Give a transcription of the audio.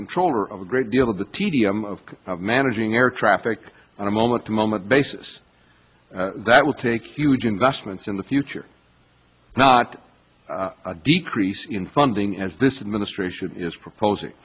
controller of a great deal of the tedium of managing air traffic on a moment to moment basis that will take huge investments in the future not a decrease in funding as this administration is proposing